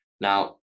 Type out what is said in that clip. now